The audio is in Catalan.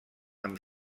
amb